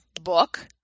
book